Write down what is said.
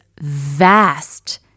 vast